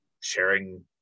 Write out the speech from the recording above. sharing